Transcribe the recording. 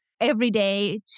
everyday